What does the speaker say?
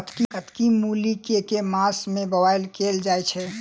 कत्की मूली केँ के मास मे बोवाई कैल जाएँ छैय?